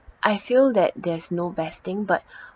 I feel that there's no best thing but